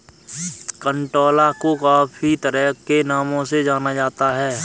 कंटोला को काफी तरह के नामों से जाना जाता है